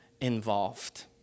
involved